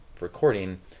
recording